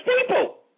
people